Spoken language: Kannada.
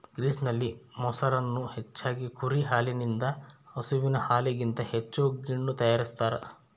ಗ್ರೀಸ್ನಲ್ಲಿ, ಮೊಸರನ್ನು ಹೆಚ್ಚಾಗಿ ಕುರಿ ಹಾಲಿನಿಂದ ಹಸುವಿನ ಹಾಲಿಗಿಂತ ಹೆಚ್ಚು ಗಿಣ್ಣು ತಯಾರಿಸ್ತಾರ